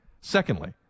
Secondly